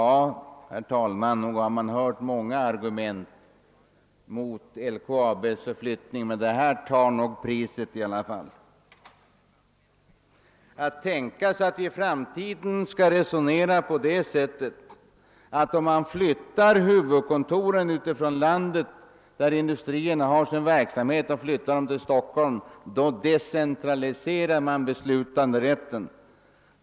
Herr talman! Nog har man hört många argument mot LKAB:s förflyttning, men det här tar nog i alla fall priset. Skall vi i framtiden resonera på det sättet att det, om huvudkontoren flyttas till Stockholm från landsbygden, där industrierna har sin verksamhet förlagd, är fråga om decentralisering av beslutanderätten?